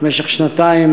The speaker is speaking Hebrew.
במשך שנתיים.